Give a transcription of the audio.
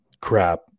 crap